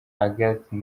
agathe